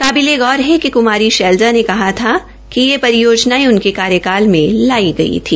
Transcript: काबिले गौर है कि कुमारी शैलजा ने कहा था कि ये परियोजनाओं उनके कार्यलय में लाई गई थी